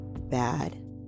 Bad